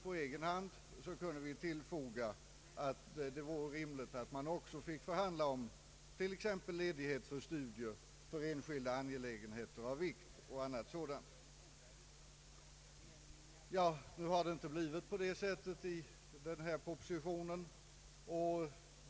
På egen hand kunde vi tillfoga att det vore rimligt om man också fick förhandla om ledighet för studier, enskilda angelägenheter av vikt m.m. Den föreliggande propositionen har emellertid inte utformats från dessa utgångspunkter.